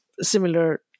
similar